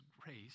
grace